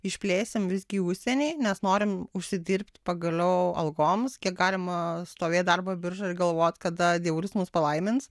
išplėsim visgi į užsienį nes norim užsidirbt pagaliau algoms kiek galima stovėt darbo biržoj ir galvot kada dievulis mus palaimins